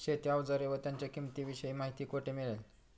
शेती औजारे व त्यांच्या किंमतीविषयी माहिती कोठे मिळेल?